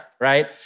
Right